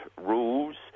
rules